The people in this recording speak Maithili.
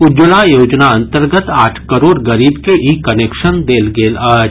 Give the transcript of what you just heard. उज्ज्वला योजना अंतर्गत आठ करोड़ गरीब के ई कनेक्शन देल गेल अछि